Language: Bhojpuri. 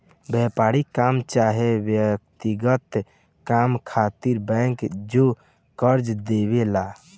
व्यापारिक काम चाहे व्यक्तिगत काम खातिर बैंक जे कर्जा देवे ला